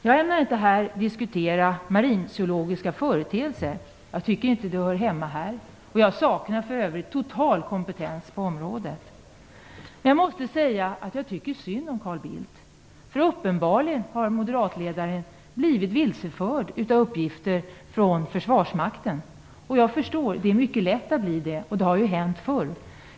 Jag ämnar inte diskutera marinzoologiska företeelser - det hör inte hemma här. För övrigt saknar jag totalt kompetens på området. Men jag måste säga att jag tycker synd om Carl Bildt. Moderatledaren har uppenbarligen blivit vilseförd av uppgifter från försvarsmakten. Jag förstår det; det är mycket lätt att bli det, och det har hänt förr.